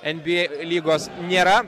en bi ei lygos nėra